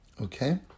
Okay